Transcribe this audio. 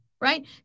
right